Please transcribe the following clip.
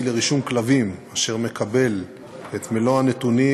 לרישום כלבים אשר מקבל את מלוא הנתונים